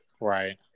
Right